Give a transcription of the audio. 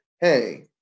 hey